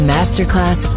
Masterclass